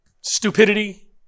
Stupidity